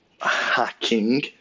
hacking